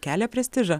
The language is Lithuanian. kelia prestižą